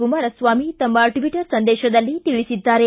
ಕುಮಾರಸ್ವಾಮಿ ತಮ್ನ ಟ್ವಟರ್ ಸಂದೇತದಲ್ಲಿ ತಿಳಿಸಿದ್ದಾರೆ